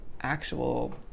actual